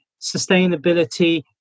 sustainability